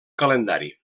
calendari